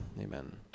amen